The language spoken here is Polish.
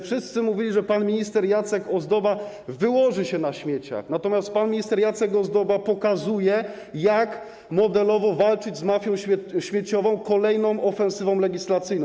Wszyscy mówili, że pan minister Jacek Ozdoba wyłoży się na śmieciach, natomiast pan minister Jacek Ozdoba pokazuje, jak modelowo walczyć z mafią śmieciową kolejną ofensywą legislacyjną.